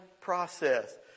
process